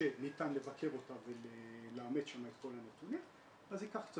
שניתן לבקר אותה ולאמת שם את כל הנתונים אז ייקח קצת